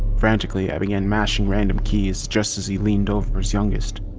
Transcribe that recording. frantically i began mashing random keys just as he leaned over his youngest.